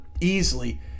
easily